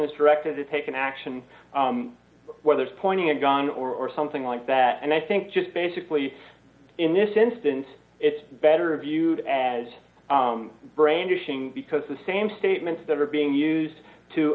directed to take an action whether it's pointing a gun or something like that and i think just basically in this instance it's better viewed as brandishing because the same statements that are being used to